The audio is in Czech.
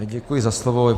Děkuji za slovo.